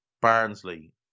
Barnsley